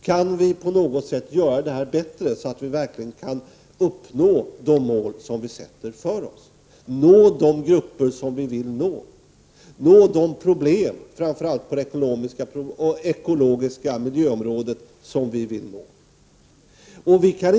Kan vi på något sätt göra detta bättre, så att vi verkligen kan uppnå de mål vi sätter upp och nå de grupper och de problem, framför allt på det ekologiska området, miljöområdet, som vi vill nå?